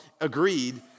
agreed